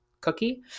cookie